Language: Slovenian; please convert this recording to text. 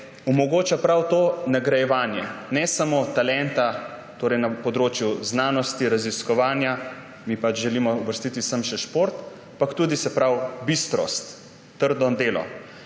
omogoča prav to nagrajevanje, ne samo talenta na področju znanosti, raziskovanja, mi pač želimo sem uvrstiti še šport, ampak tudi bistrost, trdo delo.